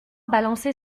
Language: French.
balançait